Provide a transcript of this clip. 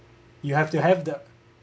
you have the